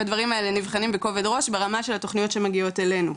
והדברים האלה נבחנים בכובד ראש ברמה של התכניות שמגיעות אלינו.